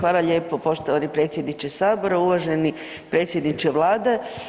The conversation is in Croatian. Hvala lijepo poštovani predsjedniče sabora, uvaženi predsjedniče vlade.